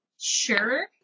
Sure